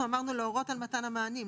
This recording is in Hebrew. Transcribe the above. אנחנו כתבנו "להורות על מתן המענים".